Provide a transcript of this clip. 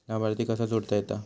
लाभार्थी कसा जोडता येता?